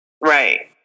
Right